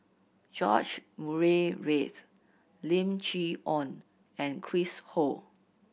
George Murray Reith Lim Chee Onn and Chris Ho